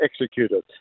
executed